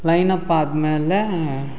line up ಆದಮೇಲೆ